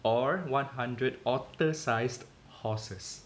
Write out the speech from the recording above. or one hundred otter-sized horses